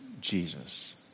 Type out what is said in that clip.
Jesus